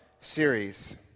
series